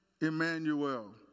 Emmanuel